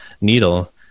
needle